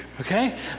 okay